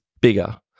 bigger